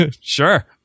Sure